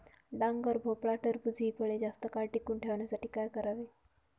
डांगर, भोपळा, टरबूज हि फळे जास्त काळ टिकवून ठेवण्यासाठी काय करावे?